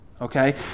okay